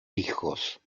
hijos